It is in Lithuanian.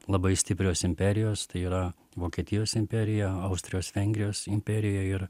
labai stiprios imperijos tai yra vokietijos imperija austrijos vengrijos imperija ir